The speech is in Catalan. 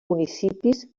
municipis